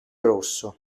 rosso